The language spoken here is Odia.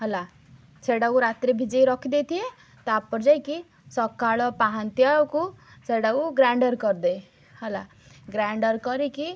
ହେଲା ସେଇଟାକୁ ରାତିରେ ଭିଜେଇି ରଖିଦେଇ ଥିବେ ତା'ପରେ ଯାଇକି ସକାଳ ପାହାନ୍ତିଆକୁ ସେଇଟାକୁ ଗ୍ରାଇଣ୍ଡର୍ କରିଦେବେ ହେଲା ଗ୍ରାଇଣ୍ଡର୍ କରିକି